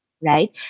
Right